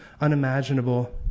unimaginable